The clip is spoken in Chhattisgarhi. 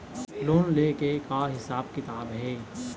लोन ले के का हिसाब किताब हे?